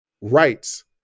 Rights